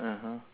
(uh huh)